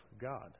God